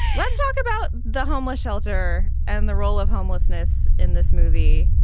let's talk about the homeless shelter and the role of homelessness in this movie.